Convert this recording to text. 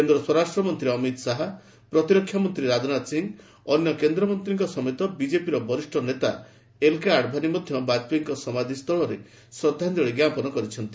କେନ୍ଦ୍ର ସ୍ୱରାଷ୍ଟ୍ରମନ୍ତ୍ରୀ ଅମିତ ଶାହା ପ୍ରତିରକ୍ଷାମନ୍ତ୍ରୀ ରାଜନାଥ ସିଂ ଅନ୍ୟ କେନ୍ଦ୍ରମନ୍ତ୍ରୀଙ୍କ ସମେତ ବିଜେପିର ବରିଷ୍ଣ ନେତା ଏଲ୍କେ ଆଡଭାନୀ ମଧ୍ୟ ବାଜପେୟୀଙ୍କ ସମାଧୀସ୍ଥଳରେ ଶ୍ରଦ୍ଧାଞ୍ଜଳି ଜ୍ଞାପନ କରିଛନ୍ତି